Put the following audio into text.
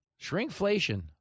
Shrinkflation